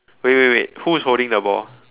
wait wait wait who is holding the ball